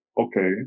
okay